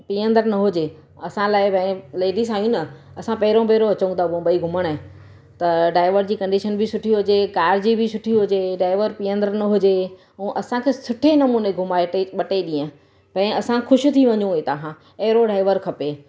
पीअंदड़ु न हुजे असां लाइ भई लेडीज़ आहियूं ना असां पहिरों पहिरों अचूं था पोइ मुंबई घुमण त डाइवर जी कंडीशन बि सुठी हुजे कार जी बि सुठी हुजे डाइवर पीअंदड़ु न हुजे ऐं असांखे सुठे नमूने घुमाए टे ॿ टे ॾींहं भई असां ख़ुशि थी वञू हितां खां अहिड़ो डाइवर खपे